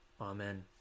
Amen